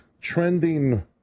trending